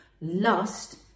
lust